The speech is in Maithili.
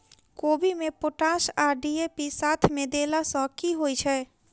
कोबी मे पोटाश आ डी.ए.पी साथ मे देला सऽ की होइ छै?